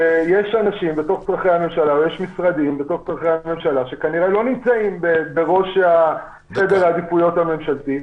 יש אנשים ומשרדי ממשלה שכנראה לא נמצאים בראש סדר העדיפויות הממשלתי.